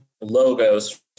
logos